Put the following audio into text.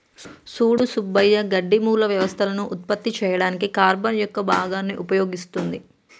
సూడు సుబ్బయ్య గడ్డి మూల వ్యవస్థలను ఉత్పత్తి చేయడానికి కార్టన్ యొక్క భాగాన్ని ఉపయోగిస్తుంది